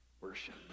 worship